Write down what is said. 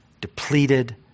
depleted